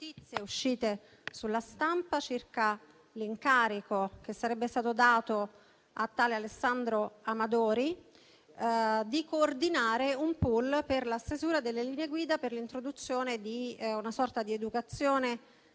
uscite sulla stampa circa l'incarico che sarebbe stato dato a tale Alessandro Amadori di coordinare un *pool* per la stesura delle linee guida per l'introduzione di una sorta di educazione